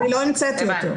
אני לא המצאתי אותו,